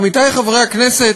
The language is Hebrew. עמיתי חברי הכנסת,